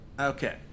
Okay